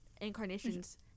incarnations